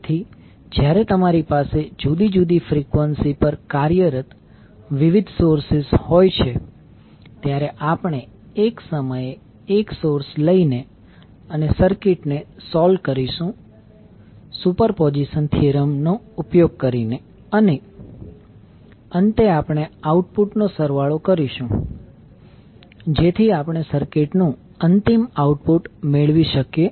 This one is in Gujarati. તેથી જ્યારે તમારી પાસે જુદી જુદી ફ્રીક્વન્સી પર કાર્યરત વિવિધ સોર્સિસ હોય છે ત્યારે આપણે એક સમયે એક સોર્સ લઈને અને સર્કિટને સોલ્વ કરીને સુપરપોઝિશન થીયરમ નો ઉપયોગ કરીશું અને અંતે આપણે આઉટપુટ નો સરવાળો કરીશું જેથી આપણે સર્કિટ નું અંતિમ આઉટપુટ મેળવી શકીએ